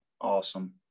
awesome